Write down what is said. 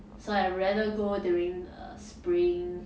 so I rather go during uh spring